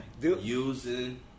Using